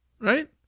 right